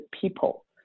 people